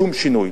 שום שינוי.